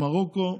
מרוקו.